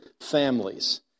families